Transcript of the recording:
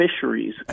Fisheries